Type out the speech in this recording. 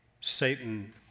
Satan